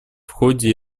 ходе